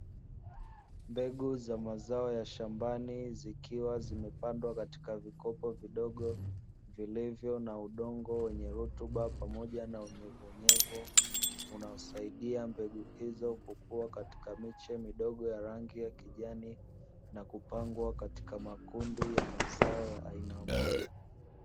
Mbegu za mazao ya shambani zikiwa zimepandwa katika vikopo vidogo, vilivyo na udongo wenye rutuba pamoja na unyevunyevu, unaosaidia mbegu hizo kukua katika miche midogo ya rangi ya kijani, na kupangwa katika makundi ya mazao ya aina moja.